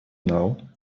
now